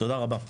תודה רבה.